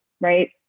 right